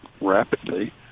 rapidly